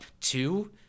two